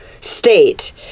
state